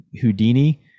houdini